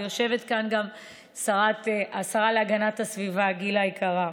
ויושבת כאן גם השרה להגנת הסביבה, גילה היקרה.